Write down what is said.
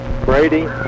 Brady